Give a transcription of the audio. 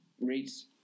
rates